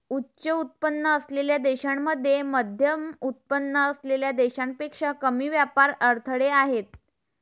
उच्च उत्पन्न असलेल्या देशांमध्ये मध्यमउत्पन्न असलेल्या देशांपेक्षा कमी व्यापार अडथळे आहेत